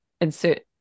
insert